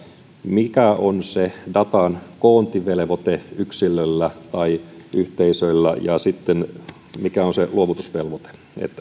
mikä on se datan koontivelvoite yksilöllä tai yhteisöillä ja mikä on se luovutusvelvoite eli